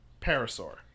Parasaur